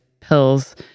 pills